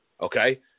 Okay